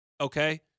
okay